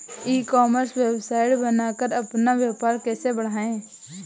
ई commerce website बनाकर अपना व्यापार कैसे बढ़ाएँ?